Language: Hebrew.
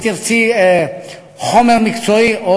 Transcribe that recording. אם תרצי חומר מקצועי,